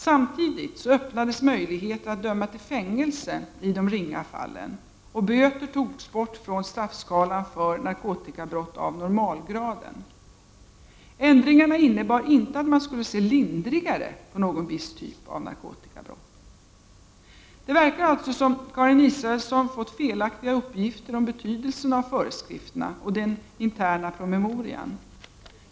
Samtidigt öppnades möjligheter att döma till fängelse i de ringa fallen, och böter togs bort från straffskalan för narkotikabrott av normalgraden. Ändringarna innebar inte att man skulle se lindrigare på någon viss typ av narkotikabrott. Det verkar alltså som om Karin Israelsson fått felaktiga uppgifter om betydelsen av föreskrifterna och den interna promemorian.